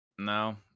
no